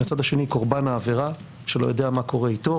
מהצד השני קורבן העבירה שלא יודע מה קורה אתו,